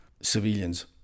civilians